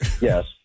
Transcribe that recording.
yes